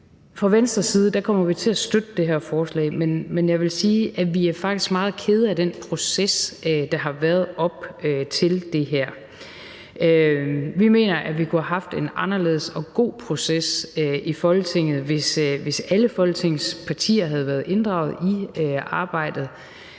fra Venstres side kommer vi til at støtte det her forslag, men jeg vil sige, at vi faktisk er meget kede af den proces, der har været op til det her. Vi mener, at vi kunne have haft en anderledes og god proces i Folketinget, hvis alle Folketingets partier havde været inddraget i arbejdet,